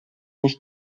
nicht